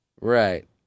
Right